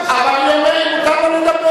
אבל באיזה אחריות היא אומרת, אבל מותר לה לדבר.